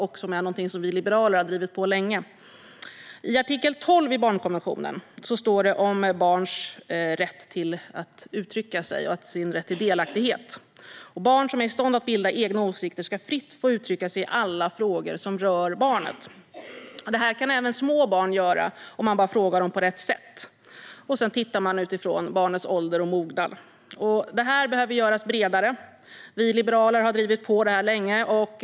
Detta är någonting som vi liberaler har drivit länge. I artikel 12 i barnkonventionen står det om barns rätt att uttrycka sig och deras rätt till delaktighet. Barn som är i stånd att bilda egna åsikter ska fritt få uttrycka sig i alla frågor som rör barnet. Det här kan även små barn göra, om man bara frågar dem på rätt sätt. Sedan tittar man utifrån barnens ålder och mognad. Det här behöver göras bredare. Vi liberaler har drivit det länge.